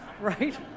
right